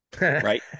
Right